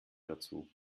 dazu